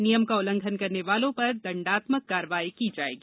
नियम का उल्लंघन करने वालों पर दंडात्मक कार्रवाई की जाएगी